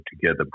together